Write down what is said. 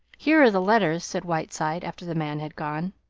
here are the letters, said whiteside, after the man had gone.